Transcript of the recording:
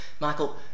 Michael